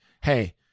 hey